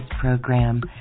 program